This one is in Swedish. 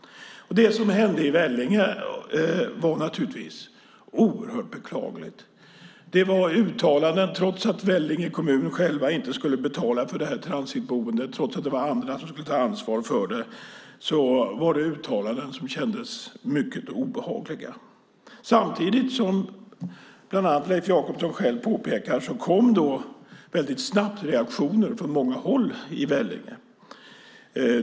Det som hände i Vellinge var naturligtvis oerhört beklagligt. Trots att Vellinge kommun själv inte skulle betala för det här transitboendet och trots att det var andra som skulle ta ansvar för det var det uttalanden som kändes mycket obehagliga. Samtidigt, som bland annat Leif Jakobsson själv påpekar, kom det väldigt snabbt reaktioner från många håll i Vellinge.